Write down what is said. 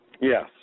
Yes